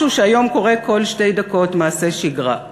משהו שהיום קורה כל שתי דקות מעשה שגרה.